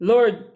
Lord